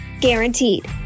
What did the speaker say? Guaranteed